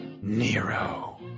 Nero